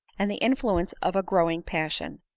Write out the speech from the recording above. and the influence of a growing passion.